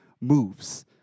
moves